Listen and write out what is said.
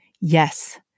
yes